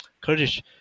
Kurdish